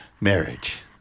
Marriage